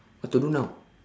what to do now